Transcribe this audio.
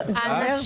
זר?